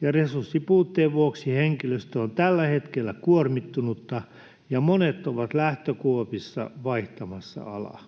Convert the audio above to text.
ja resurssipuutteen vuoksi henkilöstö on tällä hetkellä kuormittunutta ja monet ovat lähtökuopissa vaihtamassa alaa.